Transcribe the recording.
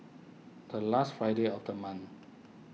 the last Friday of the month